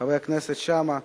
חבר הכנסת שאמה,